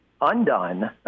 undone